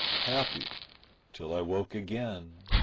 happy till i woke again.